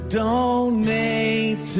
donate